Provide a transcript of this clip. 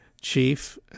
chief